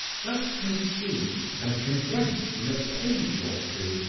thus conceived and condensed in a page or two,